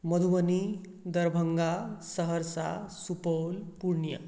Madhubani Darbhanga Saharsa Supaul Purnia